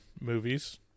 movies